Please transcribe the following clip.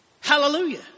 Hallelujah